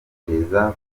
iperereza